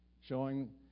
Showing